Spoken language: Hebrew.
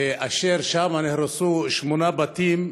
אשר בו נהרסו שמונה בתים,